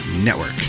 Network